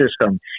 system